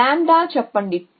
దీనిని లాంబ్డా λ అని చెప్పండి